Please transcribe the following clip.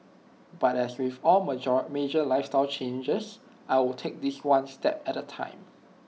but as with all major lifestyle changes I'll take this one step at A time